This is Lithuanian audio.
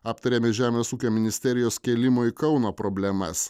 aptarėme žemės ūkio ministerijos kėlimo į kauno problemas